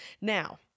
Now